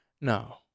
no